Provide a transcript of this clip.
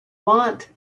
want